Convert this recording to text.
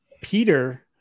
Peter